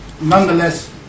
nonetheless